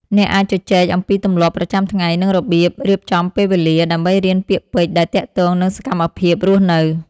អ្នកអាចជជែកអំពីទម្លាប់ប្រចាំថ្ងៃ និងរបៀបរៀបចំពេលវេលា ដើម្បីរៀនពាក្យពេចន៍ដែលទាក់ទងនឹងសកម្មភាពរស់នៅ។